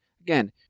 again